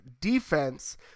defense